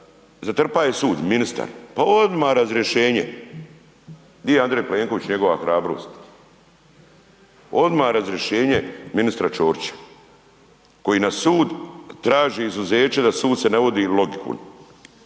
Zatrpaje sud, ministar. Pa odmah razrješenje. Di je Andrej Plenković i njegova hrabrost? Odmah razrješenje ministra Ćorića koji na sud traži izuzeće da sud se ne vodi logikom.